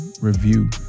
review